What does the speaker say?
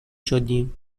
شدیم